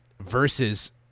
versus